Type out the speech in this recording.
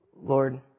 Lord